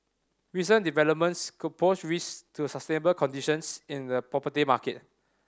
recent developments could pose risks to sustainable conditions in the property market